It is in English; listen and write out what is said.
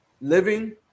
living